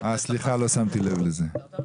סליחה, לא שמתי לב לזה.